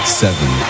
seven